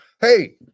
hey